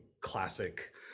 classic